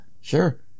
sure